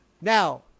Now